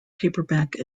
paperback